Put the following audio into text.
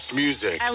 music